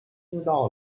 听到